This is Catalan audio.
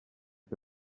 que